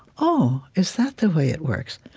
oh, is that the way it works?